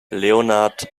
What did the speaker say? leonard